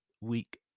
week